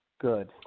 Good